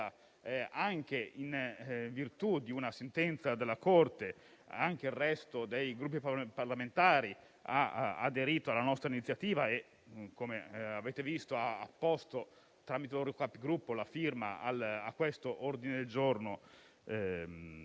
anche in virtù di una sentenza della Corte costituzionale, il resto dei Gruppi parlamentari ha aderito alla nostra iniziativa e, come avete visto, ha apposto tramite il proprio Capogruppo la firma a questo ordine del giorno,